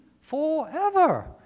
forever